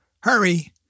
Hurry